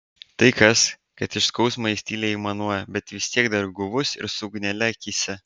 tai kas kad iš skausmo jis tyliai aimanuoja bet vis tiek dar guvus ir su ugnele akyse